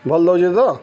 ଭଲ୍ ଦଉଛେ ତ